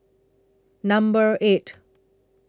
Number eight